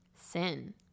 sin